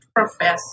Professor